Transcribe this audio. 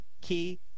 key